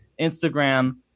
Instagram